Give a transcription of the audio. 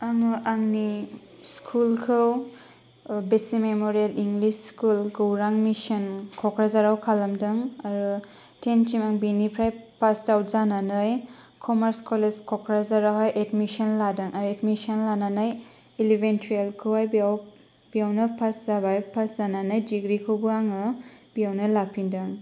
आङो आंनि स्कुलखौ basic memorial English school Gaurang mission क'क्राझारआव खालामदों आरो टेनसिम आं बेनिफ्राय पास आउट जानानै क'मार्स कलेज कक्राझारआवहाय एडमिसन लादों एडमिसन लानानै इलिभेन टुयेल्भखौहाय बेयाव बेयावनो पास जाबाय पास जानानै डिग्रिखौबो आङो बेयावनो लाफिनदों